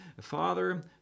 Father